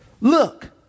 Look